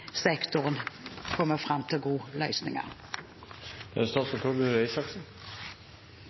sektoren kommer fram til gode